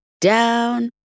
down